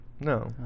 No